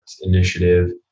initiative